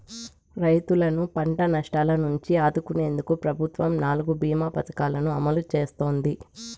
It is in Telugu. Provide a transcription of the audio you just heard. రైతులను పంట నష్టాల నుంచి ఆదుకునేందుకు ప్రభుత్వం నాలుగు భీమ పథకాలను అమలు చేస్తోంది